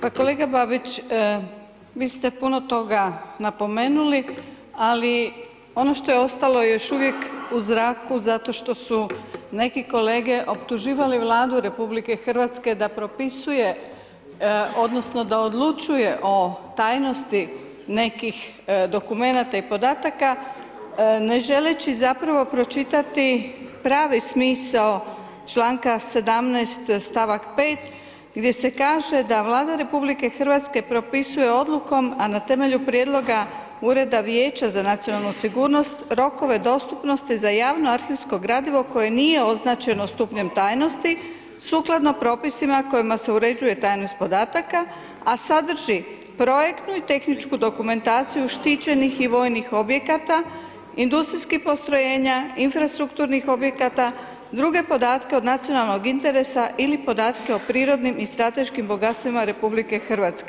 Pa kolega Babić, vi ste puno toga napomenuli, ali ono što je ostalo još uvijek u zraku zato što su neki kolege optuživali Vladu RH da propisuje odnosno da odlučuje o tajnosti nekih dokumenata i podataka, ne želeći pročitati pravi smisao članka 17. stavak 5. gdje se kaže da „Vlada RH propisuje odlukom, a na temelju prijedloga Ureda vijeća za nacionalnu sigurnost, rokove dostupnosti za javno arhivsko gradivo koje nije označeno stupnjem tajnosti, sukladno propisima kojima se uređuje tajnost podataka, a sadrži projektnu i tehničku dokumentaciju štićenih i vojnih objekata, industrijskih postrojenja, infrastrukturnih objekata, druge podatke od nacionalnog interesa ili podatke o prirodnim i strateškim bogatstvima RH“